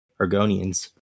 Argonians